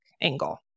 angle